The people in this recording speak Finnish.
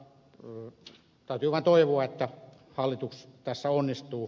täytyy vaan toivoa että hallitus tässä onnistuu